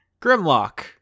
Grimlock